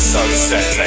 Sunset